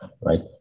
right